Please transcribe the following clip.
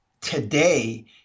today